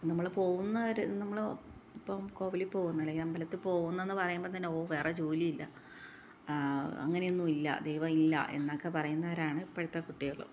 നമ്മൾ പോകുന്നവർ നമ്മളിപ്പോൾ കോവിലില് പോകുന്നു അല്ലെങ്കിൽ അമ്പലത്തില് പോകുന്നെന്ന് പറയുമ്പോള് തന്നെ വേറെ ജോലി ഇല്ല ആ അങ്ങനെയൊന്നില്ല ദൈവമില്ല എന്നൊക്കെ പറയുന്നവരാണ് ഇപ്പോഴത്തെ കുട്ടികൾ